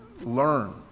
learn